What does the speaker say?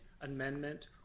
amendment